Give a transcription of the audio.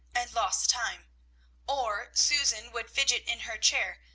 and lost time or, susan would fidget in her chair,